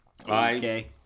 okay